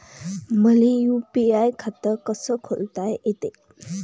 मले यू.पी.आय खातं कस खोलता येते?